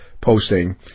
posting